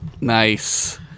Nice